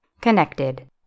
Connected